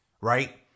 right